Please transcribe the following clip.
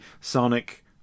Sonic